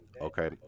okay